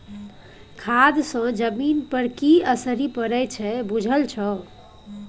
खाद सँ जमीन पर की असरि पड़य छै बुझल छौ